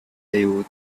young